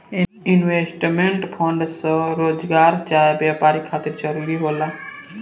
investment fund स्वरोजगार चाहे व्यापार खातिर जरूरी होला